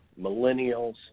millennials